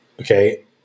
okay